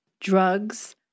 drugs